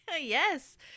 yes